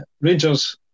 Rangers